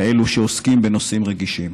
כאלה העוסקות בנושאים רגישים.